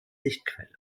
lichtquelle